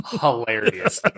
hilarious